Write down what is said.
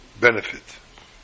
benefit